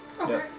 Okay